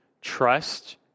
Trust